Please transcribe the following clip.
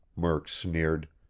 murk sneered.